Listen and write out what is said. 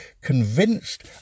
convinced